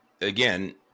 again